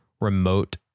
remote